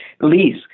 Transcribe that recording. lease